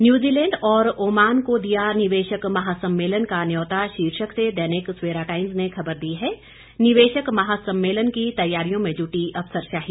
New Zealand और Oman को दिया निवेशक महासम्मेलन का न्यौता शीर्षक से दैनिक सवेरा टाइम्स ने खबर दी है निवेशक महासम्मेलन की तैयारियों में जुटी अफसरशाही